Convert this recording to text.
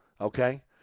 okay